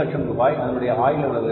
100000 ரூபாய் அதனுடைய ஆயுள் எவ்வளவு